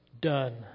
done